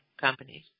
companies